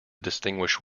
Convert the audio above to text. distinguish